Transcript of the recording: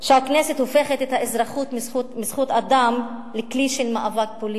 שהכנסת הופכת את האזרחות מזכות אדם לכלי של מאבק פוליטי,